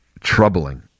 troubling